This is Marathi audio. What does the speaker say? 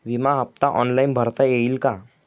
विमा हफ्ता ऑनलाईन भरता येईल का?